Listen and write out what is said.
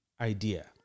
idea